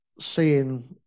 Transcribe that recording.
seeing